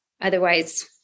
Otherwise